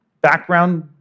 background